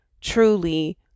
truly